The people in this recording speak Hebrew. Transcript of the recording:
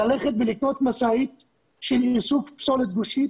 ללכת ולקנות משאית של איסוף פסולת גושית